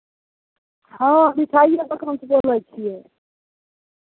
हँ मिठाइए दोकानसँ बोलै छियै